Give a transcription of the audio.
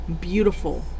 beautiful